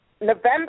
November